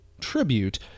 tribute